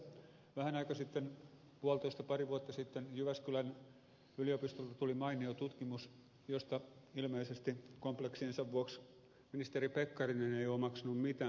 esimerkiksi tässä vähän aikaa sitten puolitoista pari vuotta sitten jyväskylän yliopistolta tuli mainio tutkimus josta ilmeisesti kompleksiensa vuoksi ministeri pekkarinen ei ole omaksunut mitään